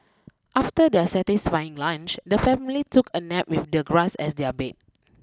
after their satisfying lunch the family took a nap with the grass as their bed